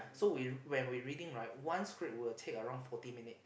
so we when we reading right one script will take around forty minute